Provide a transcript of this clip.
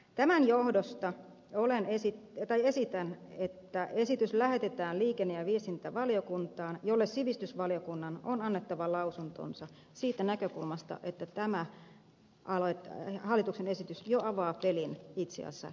tämän johdosta esitän että esitys lähetetään liikenne ja viestintävaliokuntaan jolle sivistysvaliokunnan on annettava lausuntonsa siitä näkökulmasta että tämä hallituksen esitys jo avaa pelin itse asiassa kulttuurin kentällä